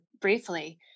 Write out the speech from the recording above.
briefly